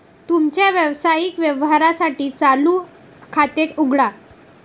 तुमच्या व्यावसायिक व्यवहारांसाठी चालू खाते उघडा